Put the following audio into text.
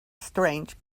strange